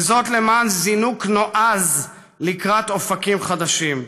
למען זינוק נועז לקראת אופקים חדשים.